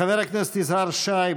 חבר הכנסת יזהר שי,